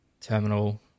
terminal